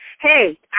hey